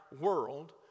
world